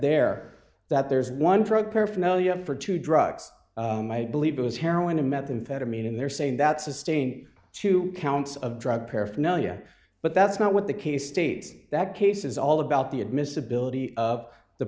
there that there's one drug paraphernalia for two drugs i believe it was heroin to methamphetamine and they're saying that sustained two counts of drug paraphernalia but that's not what the case states that case is all about the admissibility of the